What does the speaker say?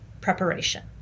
preparation